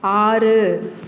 ஆறு